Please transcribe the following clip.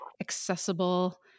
accessible